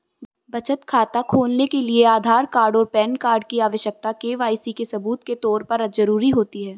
बचत खाता खोलने के लिए आधार कार्ड और पैन कार्ड की आवश्यकता के.वाई.सी के सबूत के तौर पर ज़रूरी होती है